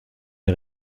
les